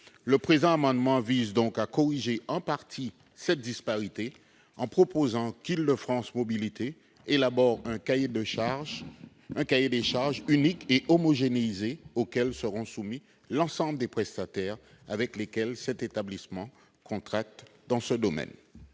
Le présent amendement vise donc à corriger en partie cette disparité en imposant à Île-de-France Mobilités d'élaborer un cahier des charges unique et homogénéisé, auquel seront soumis l'ensemble des prestataires avec lesquels cet établissement contracte dans ce domaine.